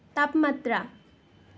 তাপমাত্ৰা